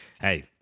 hey